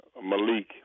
Malik